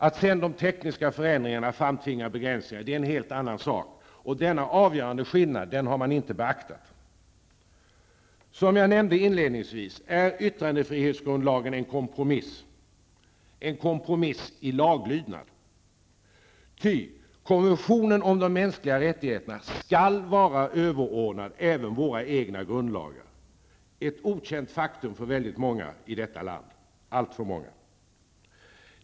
Att sedan de tekniska förutsättningarna framtvingar begränsningar är en helt annan sak. Denna avgörande skillnad har man inte beaktat. Som jag nämnde inledningsvis är yttrandefrihetsgrundlagen en kompromiss -- en kompromiss i laglydnad. Ty konventionen om de mänskliga rättigheterna skall vara överordnad även våra egna grundlagar. Det är ett okänt faktum för alltför många i detta land.